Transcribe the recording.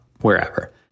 wherever